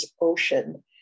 ocean